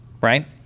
right